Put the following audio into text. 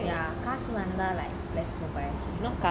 ya காசு வந்த:kaasu vantha like let's go buy